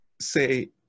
say